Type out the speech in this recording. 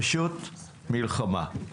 פשוט מלחמה.